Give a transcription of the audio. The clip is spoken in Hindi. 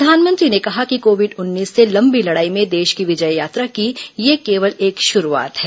प्रधानमंत्री ने कहा कि कोविड उन्नीस से लंबी लडाई में देश की विजय यात्रा की यह केवल एक शुरुआत है